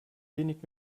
wenig